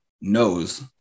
knows